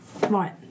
right